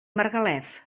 margalef